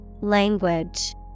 Language